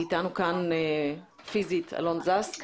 איתנו כאן אלון זס"ק